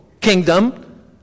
kingdom